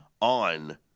on